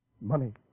Money